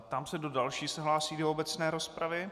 Ptám se, kdo další se hlásí do obecné rozpravy.